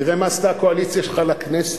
תראה מה עשתה הקואליציה שלך לכנסת.